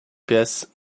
pies